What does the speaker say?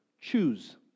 choose